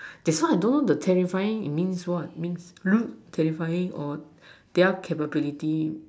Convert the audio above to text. that's why I don't know the terrifying it means what means look terrifying or their capability